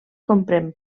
comprèn